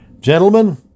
Gentlemen